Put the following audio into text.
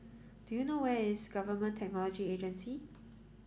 do you know where is Government Technology Agency